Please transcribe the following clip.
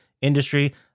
industry